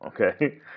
okay